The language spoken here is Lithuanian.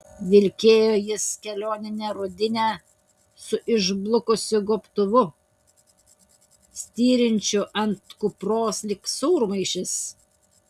vilkėjo jis kelionine rudine su išblukusiu gobtuvu styrinčiu ant kupros lyg sūrmaišis